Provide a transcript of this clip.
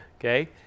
Okay